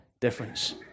difference